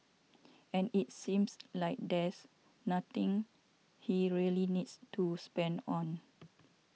and it seems like there's nothing he really needs to spend on